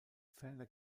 ferner